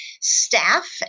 staff